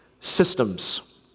systems